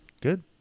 Good